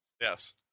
Yes